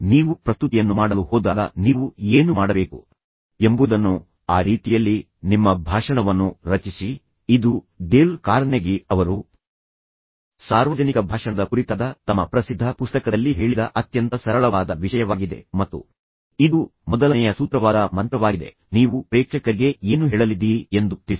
ನೀವು ಪ್ರಸ್ತುತಿಯನ್ನು ಮಾಡಲು ಹೋದಾಗ ನೀವು ಏನು ಮಾಡಬೇಕು ಎಂಬುದನ್ನು ಆ ರೀತಿಯಲ್ಲಿ ನಿಮ್ಮ ಭಾಷಣವನ್ನು ರಚಿಸಿ ಇದು ಡೇಲ್ ಕಾರ್ನೆಗೀ ಅವರು ಸಾರ್ವಜನಿಕ ಭಾಷಣದ ಕುರಿತಾದ ತಮ್ಮ ಪ್ರಸಿದ್ಧ ಪುಸ್ತಕದಲ್ಲಿ ಹೇಳಿದ ಅತ್ಯಂತ ಸರಳವಾದ ವಿಷಯವಾಗಿದೆ ಮತ್ತು ಇದು ಮೊದಲನೆಯ ಸೂತ್ರವಾದ ಮಂತ್ರವಾಗಿದೆ ನೀವು ಪ್ರೇಕ್ಷಕರಿಗೆ ಏನು ಹೇಳಲಿದ್ದೀರಿ ಎಂದು ತಿಳಿಸಿ